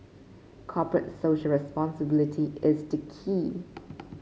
corporate Social Responsibility is the key